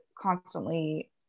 constantly